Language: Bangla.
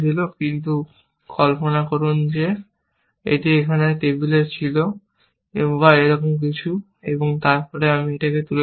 কিন্তু কল্পনা করুন যে একটি এখানে টেবিলে ছিল বা এরকম কিছু এবং তারপরে আমি একটি তুলে নিলাম